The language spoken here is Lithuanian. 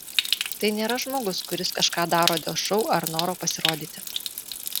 tai nėra žmogus kuris kažką daro dėl šou ar noro pasirodyti